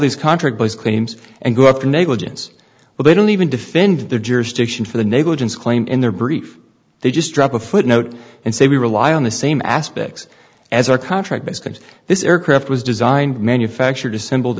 these contracts claims and go after negligence well they don't even defend their jurisdiction for the negligence claim in their brief they just drop a footnote and say we rely on the same aspects as our contract is going to this aircraft was designed manufactured assembled